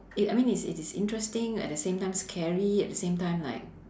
i~ I mean it is it is interesting at same time scary at the same time like